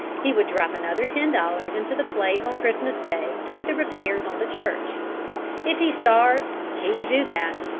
he would drop another ten dollars into the plate on christmas day toward the repairs on the church if he starved, he would do that.